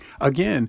again